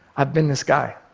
i've been this guy.